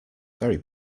very